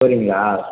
போகிறீங்களா